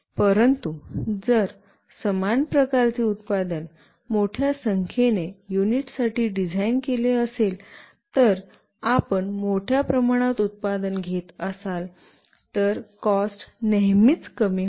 परंतु जर समान प्रकारचे उत्पादन मोठ्या संख्येने युनिट्ससाठी डिझाइन केले असेल तर आपण मोठ्या प्रमाणात उत्पादन घेत असाल तर कॉस्ट नेहमीच कमी होते